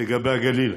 לגבי הגליל.